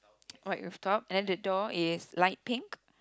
white rooftop and the door is light pink